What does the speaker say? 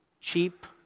cheap